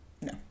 No